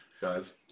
guys